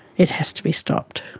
it has to be stopped.